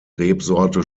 rebsorte